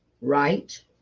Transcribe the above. right